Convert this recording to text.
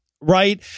right